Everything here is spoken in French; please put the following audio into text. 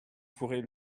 pourrez